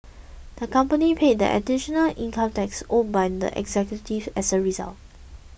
the company paid the additional income taxes owed by the executives as a result